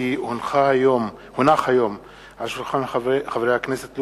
כי הונחו היום על שולחן הכנסת,